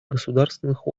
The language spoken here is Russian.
государственных